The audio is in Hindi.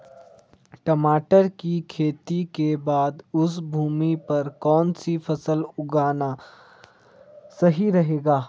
टमाटर की खेती के बाद उस भूमि पर कौन सी फसल उगाना सही रहेगा?